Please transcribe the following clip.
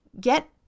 get